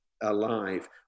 alive